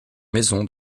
maison